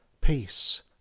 peace